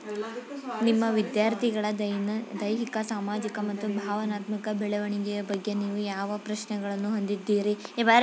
ನಿಮ್ಮ ವಿದ್ಯಾರ್ಥಿಗಳ ದೈಹಿಕ ಸಾಮಾಜಿಕ ಮತ್ತು ಭಾವನಾತ್ಮಕ ಬೆಳವಣಿಗೆಯ ಬಗ್ಗೆ ನೀವು ಯಾವ ಪ್ರಶ್ನೆಗಳನ್ನು ಹೊಂದಿದ್ದೀರಿ?